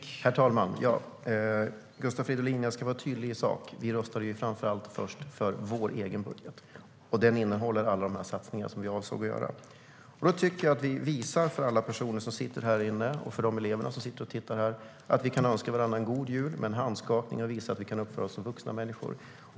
Herr talman! Jag ska, Gustav Fridolin, vara tydlig i sak. Vi röstade framför allt först för vår egen budget, och den innehåller alla de satsningar som vi avsåg att göra. Då tycker jag att vi för alla personer som sitter här inne och för de elever som är här ska visa att vi kan önska varandra god jul med en handskakning och visa att vi kan uppföra oss som vuxna människor.